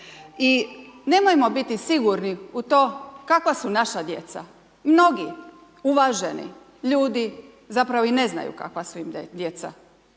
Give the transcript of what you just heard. i nemojmo biti sigurni u to kakva su naša djeca. Mnogi uvaženi ljudi zapravo i ne znaju kakva su im djeca.